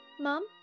Mom